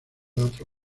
otro